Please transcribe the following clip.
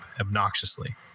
obnoxiously